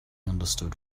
understood